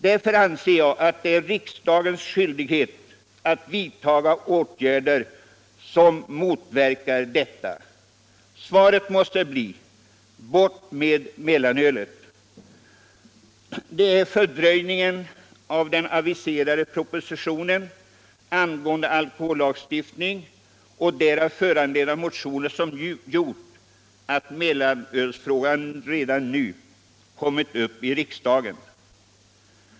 Därför anser jag att det är riksdagens skyldighet att vidta åtgärder för att motverka detta. Svaret måste bli: Bort med mellanölet! Det är fördröjningen av den aviserade propositionen om alkohollagstiftningen och därav föranledda motioner som gjort att mellanölsfrågan redan nu kommit upp i riksdagen.